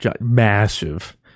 massive